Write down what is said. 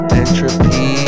entropy